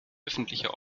öffentlicher